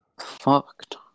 fucked